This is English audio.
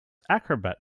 acrobat